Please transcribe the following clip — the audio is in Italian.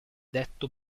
detto